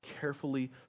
carefully